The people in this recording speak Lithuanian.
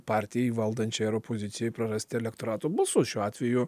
partijai valdančiai ar opozicijoj prarasti elektorato balsus šiuo atveju